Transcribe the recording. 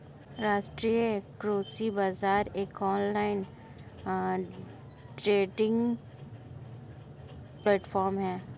राष्ट्रीय कृषि बाजार एक ऑनलाइन ट्रेडिंग प्लेटफॉर्म है